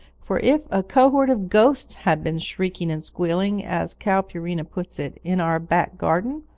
for if a cohort of ghosts had been shrieking and squealing as calpurnia puts it, in our back garden,